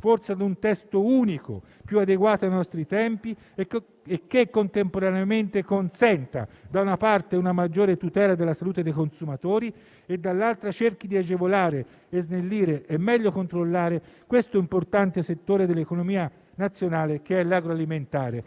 forse ad un testo unico, più adeguato ai nostri tempi e che contemporaneamente, da una parte, consenta una maggiore tutela della salute dei consumatori e, dall'altra, cerchi di agevolare, snellire e meglio controllare questo importante settore dell'economia nazionale che è l'agroalimentare.